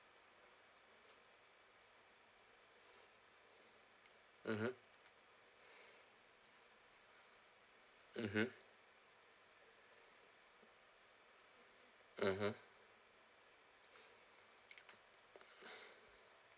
mmhmm mmhmm mmhmm